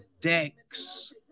Decks